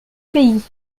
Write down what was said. pays